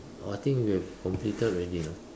I think we've completed already no